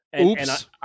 Oops